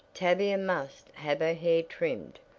tavia must have her hair trimmed.